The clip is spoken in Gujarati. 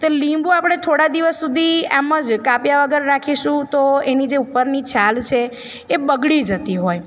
તો લીંબુ આપણે થોળા દિવસ સુધી એમ જ કાપ્યા વગર રાખીશું તો એની જે ઉપરની છાલ છે એ બગડી જતી હોય